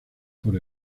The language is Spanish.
por